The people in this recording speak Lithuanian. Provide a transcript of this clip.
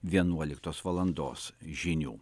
vienuoliktos valandos žinių